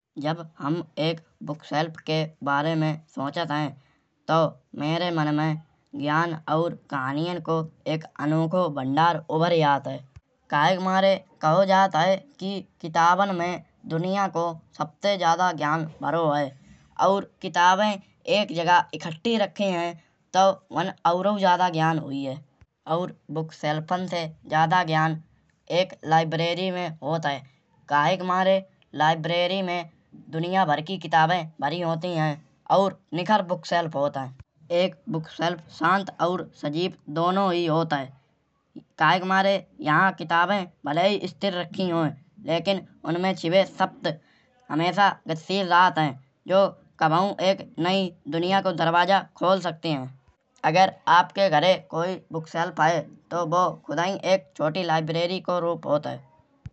जब हम एक बुकशेल्फ के बारे में सोचत हैं। तउ मेरे मन में ज्ञान और कहानियन को एक अनोखो भंडार उभरि आत हैं। काहे के मारे कहो जात है कि किताबन में दुनिया को सबते ज्यादा ज्ञान भरो है। और किताबायें एक जगह इकट्ठी रखी हैं। तउ वहन औरओ ज्यादा ज्ञान हुयेह। और बुकशेल्फन ते ज्यादा ज्ञान एक लाइब्रेरी में होत है। काहे के मारे लाइब्रेरी में दुनियान भर की किताबे भरी होती हैं। और निखर बुकशेल्फ होत हैं। एक बुकशेल्फ शांत और सजीव दोनों ही होत हैं। काहे के मारे यहाँ किताबे भले ही स्थिर रखि होये। लेकिन उनमें छिपे सब्द हमेशा गतिशील रहत हैं। जो कबहउ एक नई दुनिया को दरवाजा खोल सकती हैं। अगर आपके घरायें कोई बुकशेल्फ हैं। तउ वो खुदहि एक छोटी लाइब्रेरी को रूप होत है।